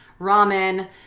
ramen